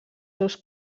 seus